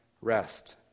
rest